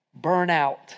burnout